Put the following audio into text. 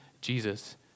Jesus